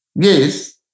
Yes